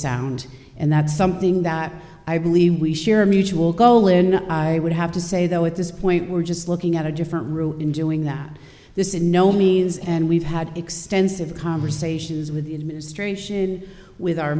sound and that's something that i believe we share a mutual goal and i would have to say though at this point we're just looking at a different route in doing that this in no means and we've had extensive conversations with the administration with our